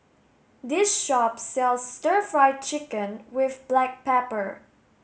this shop sells stir fry chicken with black pepper